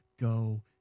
go